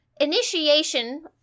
initiation